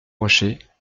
rochers